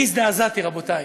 אני הזדעזעתי, רבותיי.